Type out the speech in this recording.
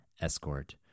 escort